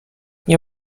nie